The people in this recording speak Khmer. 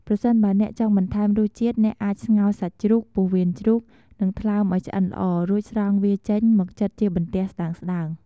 ប្រសិនបើអ្នកចង់បន្ថែមរសជាតិ អ្នកអាចស្ងោរសាច់ជ្រូក ពោះវៀនជ្រូក និងថ្លើមឱ្យឆ្អិនល្អ រួចស្រង់វាចេញមកចិតជាបន្ទះស្តើងៗ។